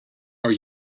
are